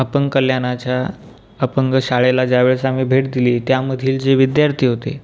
अपंग कल्याणाच्या अपंग शाळेला ज्यावेळेस आम्ही भेट दिली त्यामधील जे विद्यार्थी होते